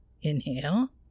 Inhale